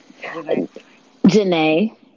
Janae